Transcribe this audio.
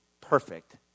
perfect